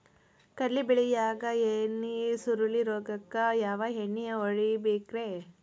ಕಡ್ಲಿ ಬೆಳಿಯಾಗ ಎಲಿ ಸುರುಳಿ ರೋಗಕ್ಕ ಯಾವ ಎಣ್ಣಿ ಹೊಡಿಬೇಕ್ರೇ?